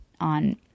on